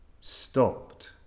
stopped